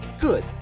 Good